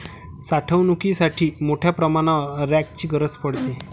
साठवणुकीसाठी मोठ्या प्रमाणावर रॅकची गरज पडते